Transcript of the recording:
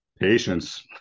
Patience